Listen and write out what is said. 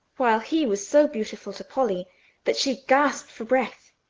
while he was so beautiful to polly that she gasped for breath.